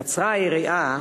קצרה היריעה,